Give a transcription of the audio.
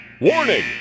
Warning